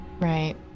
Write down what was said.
Right